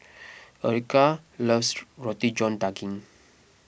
Erykah loves Roti John Daging